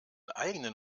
eigenen